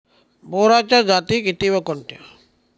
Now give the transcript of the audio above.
बोराच्या जाती किती व कोणत्या?